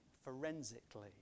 forensically